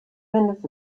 minutes